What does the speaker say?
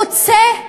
חוצה לאומים,